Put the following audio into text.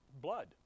blood